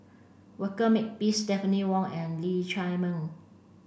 Walter Makepeace Stephanie Wong and Lee Chiaw Meng